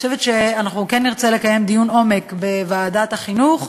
אני חושבת שאנחנו כן נרצה לקיים דיון עומק בוועדת החינוך,